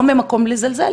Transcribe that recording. לא ממקום של זלזול